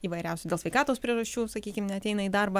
įvairiausių dėl sveikatos priežasčių sakykim neateina į darbą